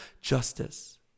justice